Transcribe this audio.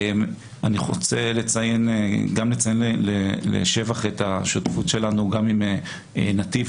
אני רוצה גם לציין לשבח את השותפות שלנו גם עם נתיב,